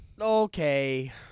Okay